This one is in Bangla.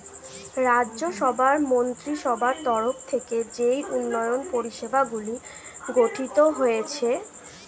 রাজ্য সভার মন্ত্রীসভার তরফ থেকে যেই উন্নয়ন পরিষেবাগুলি গঠিত হয়েছে